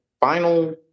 final